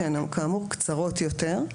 שכאמור קצרות יותר.